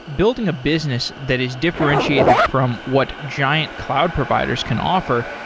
building a business that is differentiated from what giant cloud providers can offer,